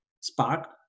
Spark